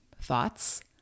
thoughts